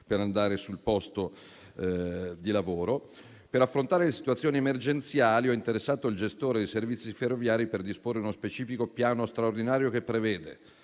per recarsi sul posto di lavoro. Per affrontare le situazioni emergenziali, ho interessato il gestore dei servizi ferroviari per disporre uno specifico piano straordinario che prevede